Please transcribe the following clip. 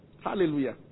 Hallelujah